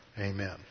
Amen